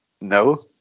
No